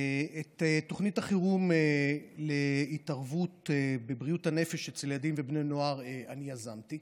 את תוכנית החירום להתערבות בבריאות הנפש אצל ילדים ובני נוער אני יזמתי.